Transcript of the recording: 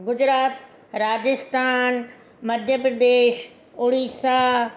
Gujarat Rajasthan Madhya Pradesh Odisha